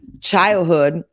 childhood